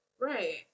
right